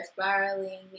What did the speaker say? spiraling